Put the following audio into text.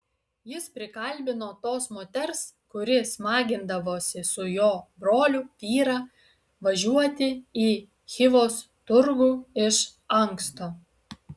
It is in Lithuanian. jis prikalbino tos moters kuri smagindavosi su jo broliu vyrą važiuoti į chivos turgų iš anksto